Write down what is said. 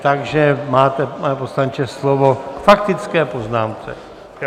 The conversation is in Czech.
Takže máte, pane poslanče, slovo k faktické poznámce.